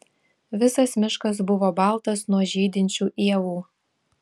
visas miškas buvo baltas nuo žydinčių ievų